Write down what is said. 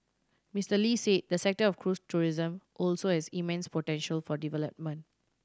Mister Lee said the sector of cruise tourism also has immense potential for development